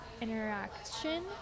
interaction